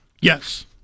Yes